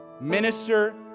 Minister